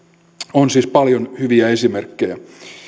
on siis paljon hyviä esimerkkejä